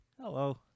Hello